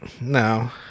No